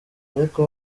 ariko